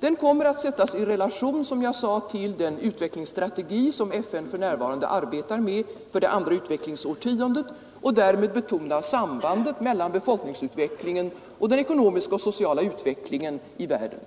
Den kommer, som jag sade, att sättas i relation till den utvecklingsstrategi som FN för närvarande arbetar med för det andra utvecklingsårtiondet, och därmed betona sambandet mellan befolkningsutvecklingen och den ekonomiska och sociala utvecklingen i världen.